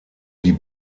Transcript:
die